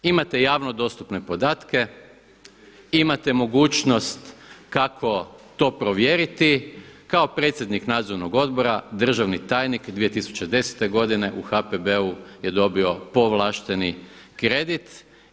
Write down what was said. Imate javno dostupne podatke, imate mogućnost kako to provjeriti, kao predsjednik nadzornog odbora državni tajnik 2010. u HPB-u je dobio povlašteni kredit.